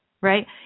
right